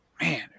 man